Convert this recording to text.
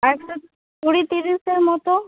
একশো কুড়ি তিরিশের মতো